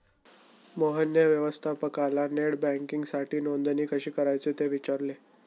मोहनने व्यवस्थापकाला नेट बँकिंगसाठी नोंदणी कशी करायची ते विचारले